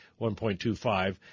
1.25%